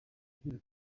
agira